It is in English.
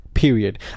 Period